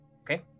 okay